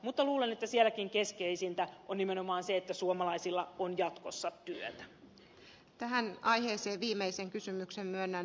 mutta luulen että sielläkin keskeisintä on nimenomaan se että suomalaisilla on jatkossa työtä